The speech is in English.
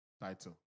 title